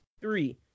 Three